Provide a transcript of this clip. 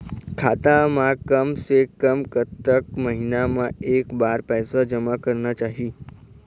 खाता मा कम से कम कतक महीना मा एक बार पैसा जमा करना चाही?